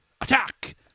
Attack